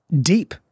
deep